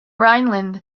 rhineland